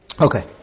okay